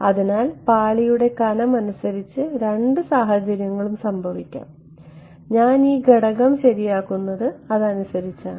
അതിനാൽ പാളിയുടെ കനം അനുസരിച്ച് രണ്ട് സാഹചര്യങ്ങളും സംഭവിക്കാം ഞാൻ ഈ ഘടകം ശരിയാക്കുന്നത് അതിനനുസരിച്ചാണ്